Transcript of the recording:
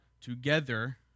together